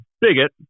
bigot